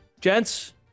Gents